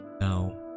Now